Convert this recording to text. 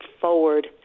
forward